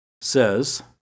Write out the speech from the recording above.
says